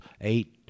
eight